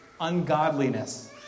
ungodliness